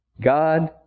God